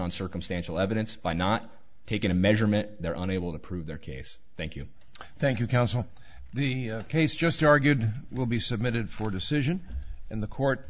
on circumstantial evidence by not taking a measurement they're unable to prove their case thank you thank you counsel the case just argued will be submitted for decision and the court